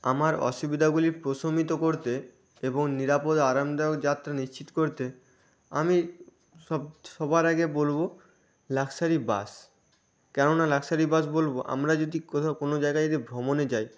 আমার অসুবিধাগুলি প্রশমিত করতে এবং নিরাপদ আরামদায়ক যাত্রা নিশ্চিত করতে আমি সব সবার আগে বলব লাক্সারি বাস কেননা লাক্সারি বাস বলব আমরা যদি কোথাও কোনো জায়গায় যদি ভ্রমণে যাই